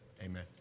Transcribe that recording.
Amen